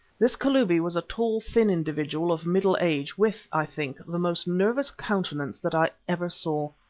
this kalubi was a tall, thin individual of middle age with, i think, the most nervous countenance that i ever saw.